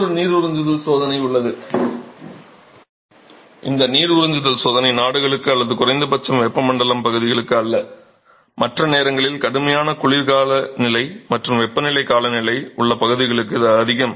மற்றொரு நீர் உறிஞ்சுதல் சோதனை உள்ளது இந்த நீர் உறிஞ்சுதல் சோதனை நாடுகளுக்கு அல்லது குறைந்தபட்சம் வெப்பமண்டலப் பகுதிகளுக்கு அல்ல மற்ற நேரங்களில் கடுமையான குளிர் காலநிலை மற்றும் வெப்பமான காலநிலை உள்ள பகுதிகளுக்கு இது அதிகம்